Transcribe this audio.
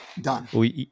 done